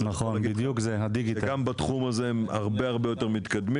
גם בתחום הזה הם הרבה הרבה יותר מתקדמים,